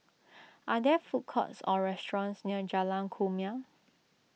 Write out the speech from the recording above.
are there food courts or restaurants near Jalan Kumia